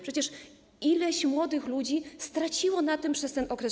Przecież ileś młodych ludzi straciło na tym przez ten okres.